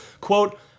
Quote